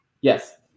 Yes